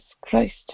Christ